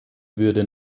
würde